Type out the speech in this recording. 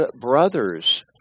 brothers